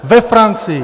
Ve Francii!